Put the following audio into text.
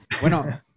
Bueno